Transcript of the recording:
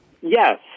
Yes